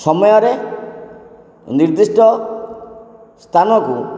ସମୟରେ ନିର୍ଦ୍ଦିଷ୍ଟ ସ୍ଥାନକୁ